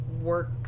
work